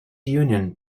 union